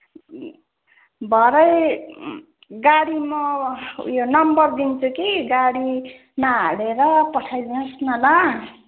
भरे गाडी म उयो नम्बर दिन्छु कि गाडीमा हालेर पठाइदिनुहोस् न ल